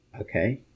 okay